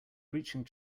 breaching